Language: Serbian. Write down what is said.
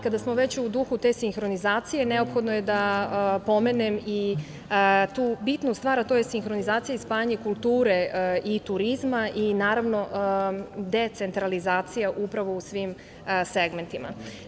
Kada smo već u duhu te sinhronizacije, neophodno je da pomenem i tu bitnu stvar, a to je sinhronizacija i spajanje kulture i turizma i naravno decentralizacija upravo u svim segmentima.